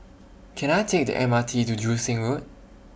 Can I Take The M R T to Joo Seng Road